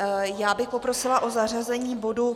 Já bych poprosila o zařazení bodu